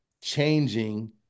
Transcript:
changing